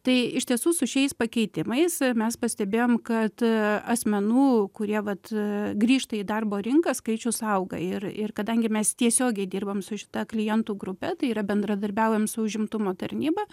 tai iš tiesų su šiais pakeitimais mes pastebėjom kad asmenų kurie vat grįžta į darbo rinką skaičius auga ir ir kadangi mes tiesiogiai dirbam su šita klientų grupe tai yra bendradarbiaujam su užimtumo tarnyba